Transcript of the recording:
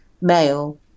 male